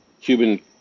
Cuban